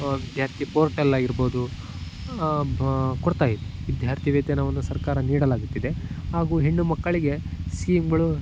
ವಿದ್ಯಾರ್ಥಿ ಪೋರ್ಟಲ್ ಆಗಿರ್ಬೋದು ಕೊಡ್ತಾಯಿದೆ ವಿದ್ಯಾರ್ಥಿ ವೇತನವನ್ನು ಸರ್ಕಾರ ನೀಡಲಾಗುತ್ತಿದೆ ಹಾಗು ಹೆಣ್ಣುಮಕ್ಕಳಿಗೆ ಸ್ಕೀಮ್ಗಳು